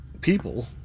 people